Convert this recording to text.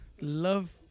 love